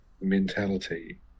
mentality